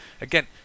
again